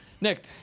Nick